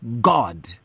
God